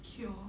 cure